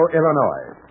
Illinois